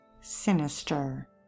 sinister